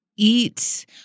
Eat